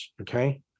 okay